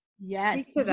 Yes